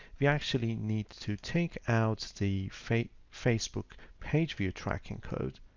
we actually need to take out the fake facebook page for your tracking code,